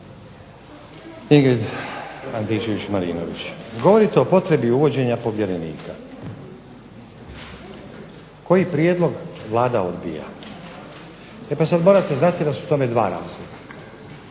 Ingrid Antičević-Marinović, govorite o potrebi uvođenja povjerenika koji prijedlog Vlada odbija. E pa sad morate znati da su tome dva razloga.